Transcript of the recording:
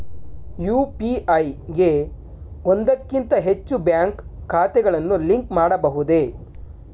UPI ಗೆ ಒಂದಕ್ಕಿಂತ ಹೆಚ್ಚು ಬ್ಯಾಂಕ್ ಖಾತೆಗಳನ್ನು ಲಿಂಕ್ ಮಾಡಬಹುದೇ?